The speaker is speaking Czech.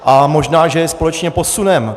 A možná že je společně posuneme.